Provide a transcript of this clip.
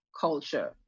culture